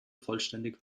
vollständig